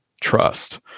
trust